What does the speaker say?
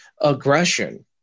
aggression